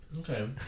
Okay